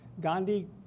Gandhi